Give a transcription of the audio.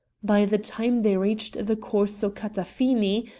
by the time they reached the corso catafini,